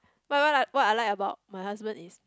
what what what I like about my husband is